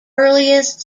earliest